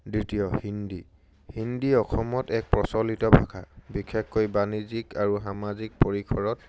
দ্বিতীয় হিন্দী হিন্দী অসমত এক প্ৰচলিত ভাষা বিশেষকৈ বাণিজ্যিক আৰু সামাজিক পৰিসৰত